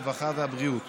הרווחה והבריאות